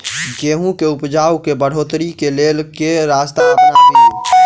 गेंहूँ केँ उपजाउ केँ बढ़ोतरी केँ लेल केँ रास्ता अपनाबी?